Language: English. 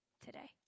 today